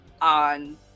on